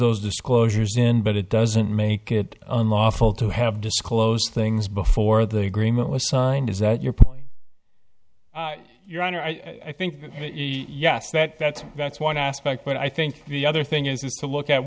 those disclosures in but it doesn't make it unlawful to have disclosed things before the agreement was signed is that your point your honor i think yes that that's that's one aspect but i think the other thing is is to look at